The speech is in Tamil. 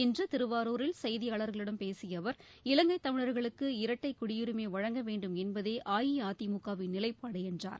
இன்று திருவாரூரில் செய்தியாளர்களிடம் பேசிய அவர் இலங்கை தமிழர்களுக்கு இரட்டை குடியுரிமை வழங்க வேண்டும் என்பதே அஇஅதிமுகவின் நிலைப்பாடு என்றார்